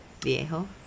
Viejo